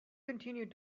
continued